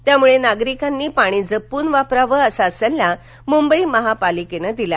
त्यामुळे नागरिकांनी पाणी जपून वापरावं असा सल्ला मुंबई महानगरपालीकेनं दिला